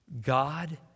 God